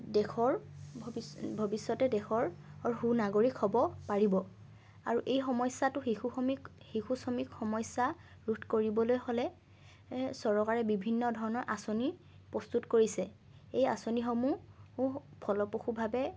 দেশৰ ভৱিষ্যতে দেশৰ সু নাগৰিক হ'ব পাৰিব আৰু এই সমস্যাটো শিশু সম্ৰিক শিশু শ্ৰমিক সমস্যা ৰোধ কৰিবলৈ হ'লে এ চৰকাৰে বিভিন্ন ধৰণৰ আঁচনি প্ৰস্তুত কৰিছে এই আঁচনিসমূহ ফলপ্ৰসূভাৱে